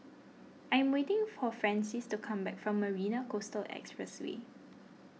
I am waiting for Francies to come back from Marina Coastal Expressway